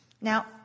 Now